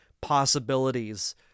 possibilities